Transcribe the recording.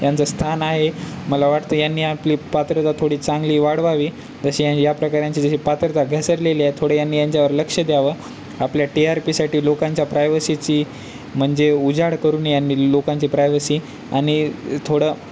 यांचं स्थान आहे मला वाटतं यांनी आपली पात्रता थोडी चांगली वाढवावी तशी या प्रकारांची जशी पात्रता घसरलेली आहे थोडं यांनी यांच्यावर लक्ष द्यावं आपल्या टी आर पीसाठी लोकांच्या प्रायव्हसीची म्हणजे उजाड करून यांनी लोकांची प्रायव्हसी आणि थोडं